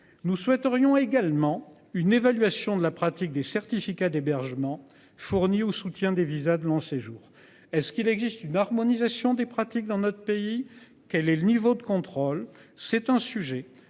nous souhaiterions également une évaluation de la pratique des certificats d'hébergement fourni au soutien des visas de long séjour. Est-ce qu'il existe une harmonisation des pratiques dans notre pays. Quel est le niveau de contrôle. C'est un sujet